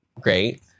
great